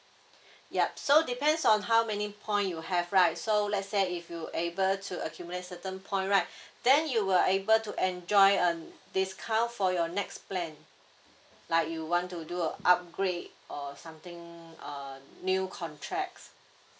yup so depends on how many point you have right so let's say if you able to accumulate certain point right then you will able to enjoy um discount for your next plan like you want to do a upgrade or something uh new contracts